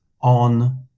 on